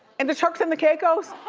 and the sharks on the caicos.